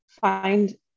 find